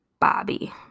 Bobby